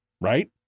Right